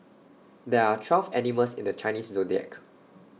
there are twelve animals in the Chinese Zodiac